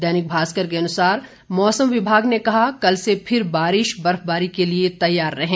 दैनिक भास्कर के अनुसार मौसम विभाग ने कहा कल से फिर बारिश बर्फबारी के लिए तैयार रहें